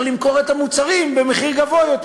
למכור את המוצרים במחיר גבוה יותר.